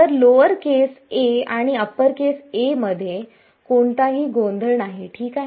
तर lowercase a आणि uppercase a मध्ये कोणताही गोंधळ नाही ठीक आहे